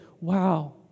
Wow